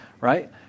right